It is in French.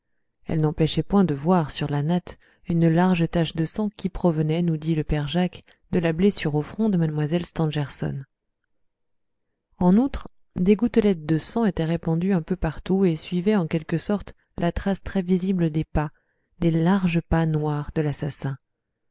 elles n'empêchaient point de voir sur la natte une large tache de sang qui provenait nous dit le père jacques de la blessure au front de mlle stangerson en outre des gouttelettes de sang étaient répandues un peu partout et suivaient en quelque sorte la trace très visible des pas des larges pas noirs de l'assassin